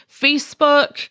Facebook